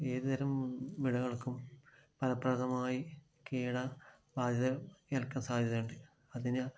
ഏതു തരം വിളകൾക്കും ഫലപ്രദമായി കീട ബാധ ഏൽക്കാൻ സാധ്യത ഉണ്ട് അതിന്